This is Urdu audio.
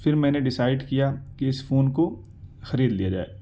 پھر میں نے ڈیسائٹ کیا کہ اس فون کو خرید لیا جائے